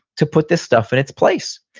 to put this stuff in its place.